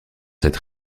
cette